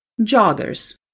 joggers